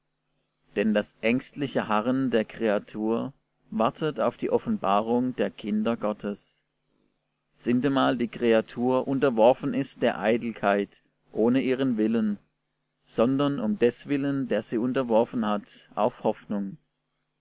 denn das ängstliche harren der kreatur wartet auf die offenbarung der kinder gottes sintemal die kreatur unterworfen ist der eitelkeit ohne ihren willen sondern um deswillen der sie unterworfen hat auf hoffnung